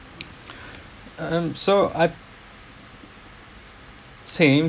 um so I same